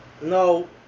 no